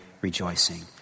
rejoicing